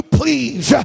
please